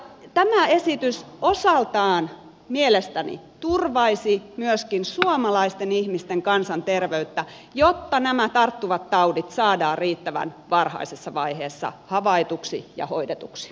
tämä esitys osaltaan mielestäni turvaisi myöskin suomalaisten ihmisten kansanterveyttä jotta nämä tarttuvat taudit saadaan riittävän varhaisessa vaiheessa havaituksi ja hoidetuksi